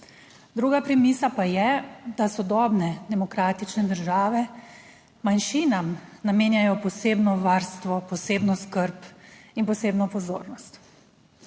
Druga premisa pa je, da sodobne demokratične države manjšinam namenjajo posebno varstvo, posebno skrb in posebno pozornost.